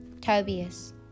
Tobias